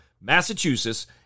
Massachusetts